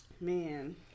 man